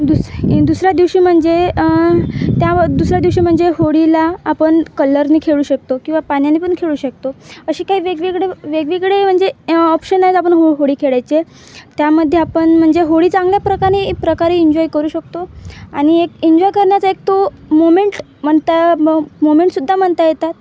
दुस दुसऱ्या दिवशी म्हणजे त्या व दुसऱ्या दिवशी म्हणजे होळीला आपण कलरने खेळू शकतो किंवा पाण्याने पण खेळू शकतो असे काही वेगवेगळे वेगवेगळे म्हणजे ऑप्शन आहेत आपण हो होळी खेळायचे त्यामध्ये आपण म्हणजे होळी चांगल्याप्रकारे एक प्रकारे इन्जॉय करू शकतो आणि एक एन्जॉय करण्याचा एक तो मोमेंट म्हणता मो मोमेंटसुद्धा म्हणता येतात